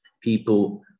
people